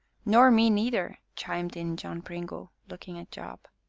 nor me neither! chimed in john pringle, looking at job.